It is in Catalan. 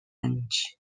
anys